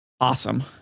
awesome